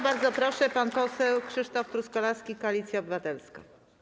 Bardzo proszę, pan poseł Krzysztof Truskolaski, Koalicja Obywatelska.